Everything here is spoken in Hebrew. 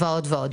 ועוד ועוד.